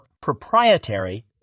proprietary